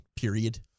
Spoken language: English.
period